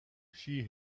she